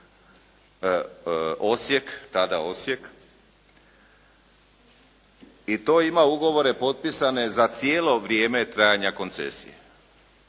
Osijek, tada Osijek i to ima ugovore potpisane za cijelo vrijeme trajanja koncesije.